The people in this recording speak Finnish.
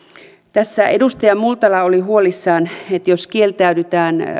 tässä edustaja multala oli huolissaan siitä että jos kieltäydytään